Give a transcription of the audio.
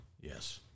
Yes